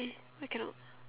eh why cannot